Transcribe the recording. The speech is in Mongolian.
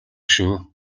шүү